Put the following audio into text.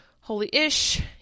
holy-ish